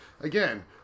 again